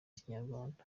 z’ikinyarwanda